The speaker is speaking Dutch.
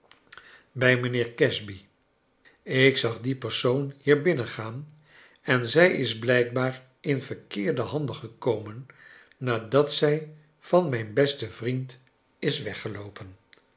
dickens casby ik zag die persoon hier binnengaan en zij is blijkbaar in verkeerde handen gekomen nadat zij van mijn besten vriend is weggeloopen